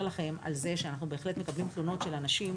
לכם על זה שאנחנו בהחלט מקבלים תלונות של אנשים,